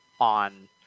on